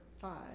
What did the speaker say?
five